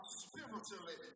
spiritually